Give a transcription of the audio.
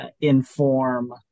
inform